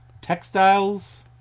Textiles